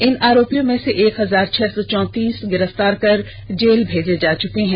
इन आरोपियों में से एक हजार छह सौ चौतीस को गिरफ्तार कर जेल भेजा जा चुका है